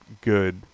good